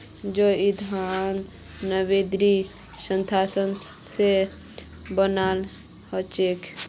जैव ईंधन नवीकरणीय संसाधनों से बनाल हचेक